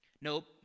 nope